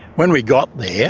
when we got there,